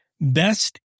best